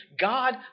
God